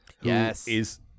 Yes